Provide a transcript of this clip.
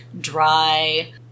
dry